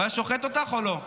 הוא היה שוחט אותך או לא?